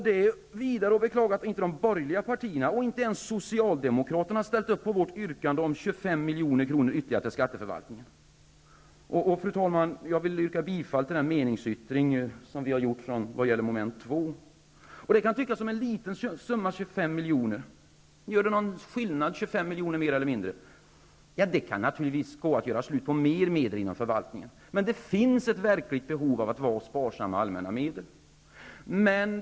Det är vidare bara att beklaga att inte de borgerliga partierna och inte ens Socialdemokraterna ställt upp på vårt yrkande om 25 milj.kr. ytterligare till skatteförvaltningen. Fru talman! Jag vill härmed yrka bifall till vår meningsyttring under mom. 2. 25 miljoner kan tyckas som en liten summa -- gör 25 miljoner mer eller mindre någon skillnad? Ja, det skulle säkert gå att göra slut på mer medel inom förvaltningen, men det finns ett verkligt behov av att vara sparsam med allmänna medel.